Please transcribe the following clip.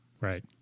Right